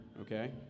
Okay